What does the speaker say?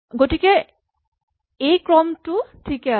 গতিকে এই ক্ৰমটো ঠিকে আছে